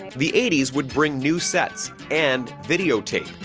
the eighties would bring new sets and videotape,